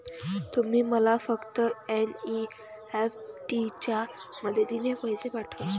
तुम्ही मला फक्त एन.ई.एफ.टी च्या मदतीने पैसे पाठवा